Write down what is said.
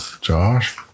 Josh